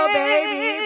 baby